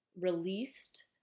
released